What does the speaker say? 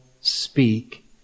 speak